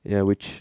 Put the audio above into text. ya which